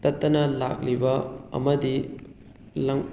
ꯇꯠꯇꯅ ꯂꯥꯛꯂꯤꯕ ꯑꯃꯗꯤ